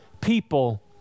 people